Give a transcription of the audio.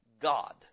God